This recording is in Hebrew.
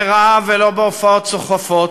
לא בדברי רהב ולא בהופעות סוחפות,